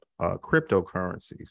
cryptocurrencies